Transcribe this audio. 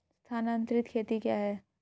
स्थानांतरित खेती क्या है?